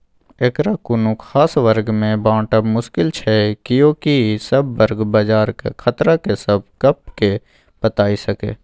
एकरा कुनु खास वर्ग में बाँटब मुश्किल छै कियेकी सब वर्ग बजारक खतरा के सब गप के बताई सकेए